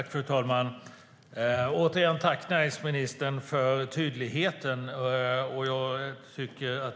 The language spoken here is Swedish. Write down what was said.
Fru talman! Jag tackar återigen näringsministern för tydligheten.